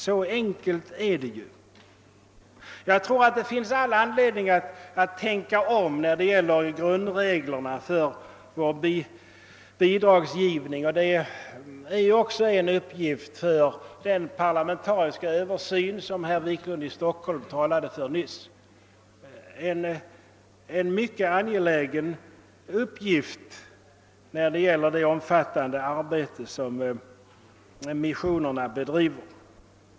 Så enkelt är det ju. Jag tror därför att det finns all anledning att tänka om när det gäller grundreglerna för vår bidragsgivning, och detta är också en uppgift för den parlamentariska översyn av vår u-landshjälp som herr Wiklund i Stockholm nyss talade om. Det är en mycket angelägen uppgift med tanke på det omfattande arbete som missionerna bedriver.